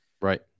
Right